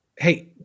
Hey